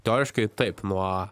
teoriškai taip nuo